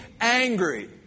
angry